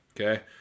Okay